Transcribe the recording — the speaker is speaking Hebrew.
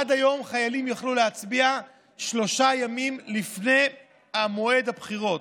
עד היום חיילים יכלו להצביע שלושה ימים לפני מועד הבחירות.